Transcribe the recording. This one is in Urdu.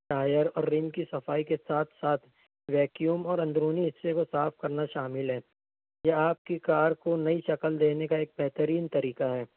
ٹایر اور رم کی صفائی کے ساتھ ساتھ ویکیوم اور اندرونی حصے کو صاف کرنا شامل ہے یہ آپ کی کار کو نئی شکل دینے کا ایک بہترین طریقہ ہے